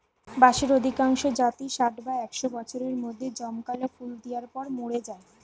বাঁশের অধিকাংশ জাতই ষাট বা একশ বছরের মধ্যে জমকালো ফুল দিয়ার পর মোরে যায়